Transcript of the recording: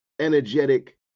energetic